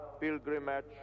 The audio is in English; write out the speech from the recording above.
pilgrimage